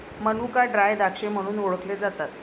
मनुका ड्राय द्राक्षे म्हणून देखील ओळखले जातात